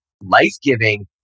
life-giving